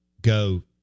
go